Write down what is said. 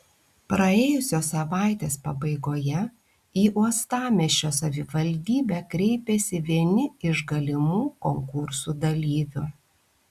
praėjusios savaitės pabaigoje į uostamiesčio savivaldybę kreipėsi vieni iš galimų konkursų dalyvių